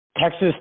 Texas